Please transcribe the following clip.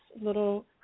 little